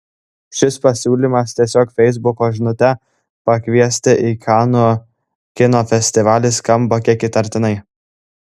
šis pasiūlymas tiesiog feisbuko žinute pakviesti į kanų kino festivalį skamba kiek įtartinai